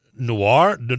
Noir